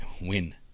win